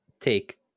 take